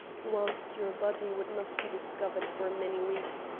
whilst your body would not be discovered for many weeks,